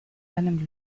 einem